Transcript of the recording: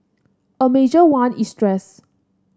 a major one is stress